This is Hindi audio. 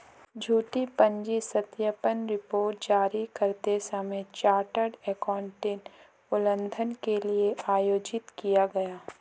झूठी पूंजी सत्यापन रिपोर्ट जारी करते समय चार्टर्ड एकाउंटेंट उल्लंघन के लिए आयोजित किया गया